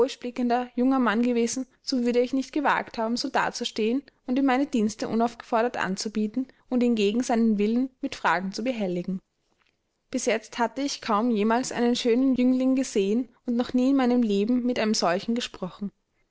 junger mann gewesen so würde ich nicht gewagt haben so dazustehen und ihm meine dienste unaufgefordert anzubieten und ihn gegen seinen willen mit fragen zu behelligen bis jetzt hatte ich kaum jemals einen schönen jüngling gesehen und noch nie in meinem leben mit einem solchen gesprochen